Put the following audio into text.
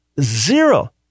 Zero